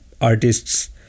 artists